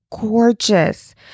gorgeous